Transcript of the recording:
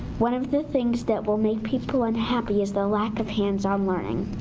one of the things that will make people unhappy is the lack of hands-on learning.